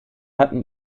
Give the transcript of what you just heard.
hatten